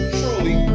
truly